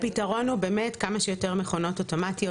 הפתרון הוא באמת כמה שיותר מכונות אוטומטיות.